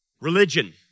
Religion